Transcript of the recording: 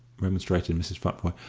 remonstrated mrs. futvoye,